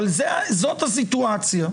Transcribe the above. אבל זאת הסיטואציה.